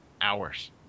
Hours